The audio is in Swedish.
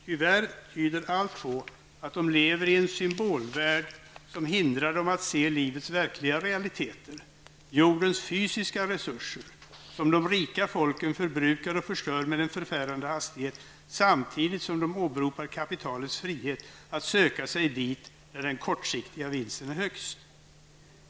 Tyvärr tyder allt på att de lever i en symbolvärld som hindrar dem att se livets verkliga realiteter, jordens fysiska resurser som de rika folken förbrukar och förstör i en förfärande hastighet, samtidigt som de åberopar kapitalets frihet att söka sig dit när den kortsiktiga vinsten är högst.